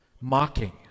mocking